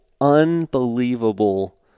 unbelievable